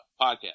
podcast